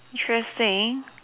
interesting